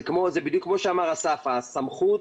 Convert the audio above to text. זה כמו שאמר אסף הסמכות